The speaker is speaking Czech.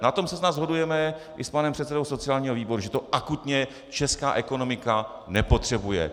Na tom se snad shodujeme i s panem předsedou sociálního výboru, že to akutně česká ekonomika nepotřebuje.